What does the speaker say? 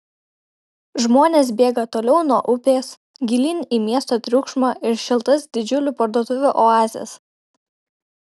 žmonės bėga toliau nuo upės gilyn į miesto triukšmą ir šiltas didžiulių parduotuvių oazes